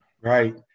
Right